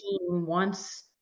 wants